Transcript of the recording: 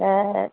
तब